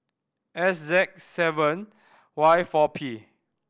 S Z seven Y four P